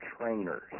trainers